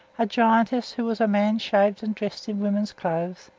a giantess who was a man shaved and dressed in women's clothes,